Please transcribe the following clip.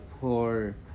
poor